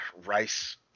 rice